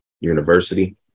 university